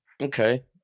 okay